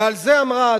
ועל זה אמרה,